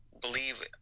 believe